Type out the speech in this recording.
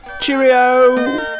Cheerio